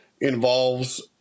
involves